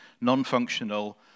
non-functional